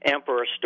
Emperor